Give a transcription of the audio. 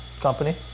company